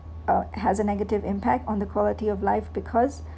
uh has a negative impact on the quality of life because